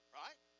right